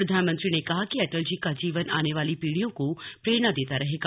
प्रधानमंत्री ने कहा कि अटल जी का जीवन आने वाली पीढियों को प्रेरणा देता रहेगा